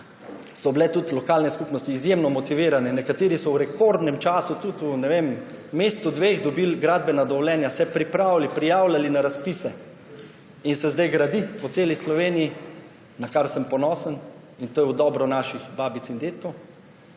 so bile tudi izjemno motivirane. Nekateri so v rekordnem času, tudi v mesecu, dveh, dobili gradbena dovoljenja, se pripravili, prijavljali na razpise in se zdaj gradi po celi Sloveniji, na kar sem ponosen, in to je v dobro naših babic in dedkov.